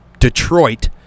Detroit